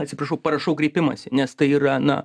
atsiprašau parašau kreipimąsi nes tai yra na